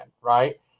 right